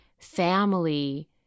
family